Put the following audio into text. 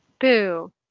Boo